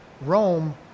Rome